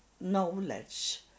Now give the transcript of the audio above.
knowledge